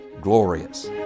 glorious